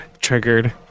triggered